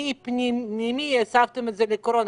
ממי הסבתם את זה לקורונה.